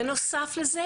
בנוסף לזה,